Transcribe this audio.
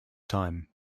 time